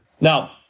Now